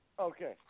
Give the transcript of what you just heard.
Okay